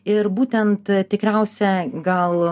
ir būtent tikriausia gal